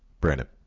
Brandon